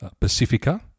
Pacifica